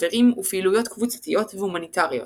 חברים ופעילויות קבוצתיות והומניטריות.